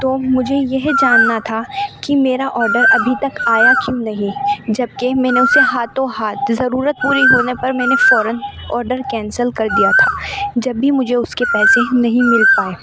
تو مجھے یہ جاننا تھا کہ میرا آڈر ابھی تک آیا کیوں نہیں جبکہ میں نے اسے ہاتھوں ہاتھ ضرورت پوری ہونے پر میں نے فورآٓ آڈر کینسل کر دیا تھا جب بھی مجھے اس کے پیسے نہیں مل پائے